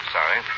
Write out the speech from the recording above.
Sorry